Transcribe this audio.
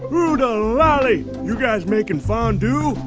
oodalolly. you guys making fondue?